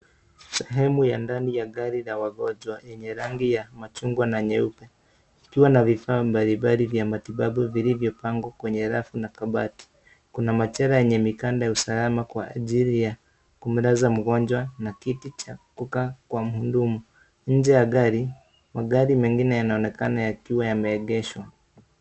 Sehemu ya ndani ya gari la wagonjwa yenye rangi ya machungwa na nyeupe. Ikiwa na vifaa mbalimbali vya matibabu vilivyopangwa kwenye rafu na kabati. Kuna machela yenye mikanda ya usalama kwa ajili ya kumlaza mgonjwa na kiti cha kukaa kwa mhudumu. Nje ya gari, mengine yanaonekana yakiwa yanaendeshwa.